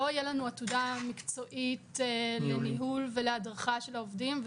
תהיה לנו עתודה מקצועית לניהול ולהדרכה של העובדים,